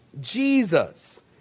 Jesus